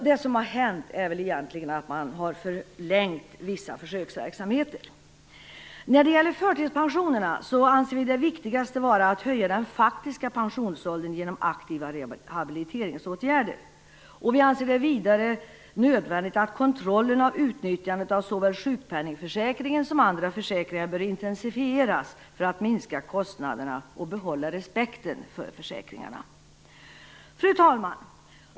Det som har hänt är egentligen att man har förlängt vissa försöksverksamheter. När det gäller förtidspensionerna anser vi att det viktigaste är att höja den faktiska pensionsåldern genom aktiva rehabiliteringsåtgärder. Vi anser det vidare nödvändigt att kontrollen av utnyttjandet av såväl sjukpenningförsäkringen som andra försäkringar bör intensifieras för att minska kostnaderna och behålla respekten för försäkringarna. Fru talman!